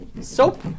Soap